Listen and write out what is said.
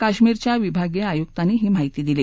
कश्मीरच्या विभागीय आयुक्तांनी ही माहिती दिली